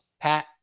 Pat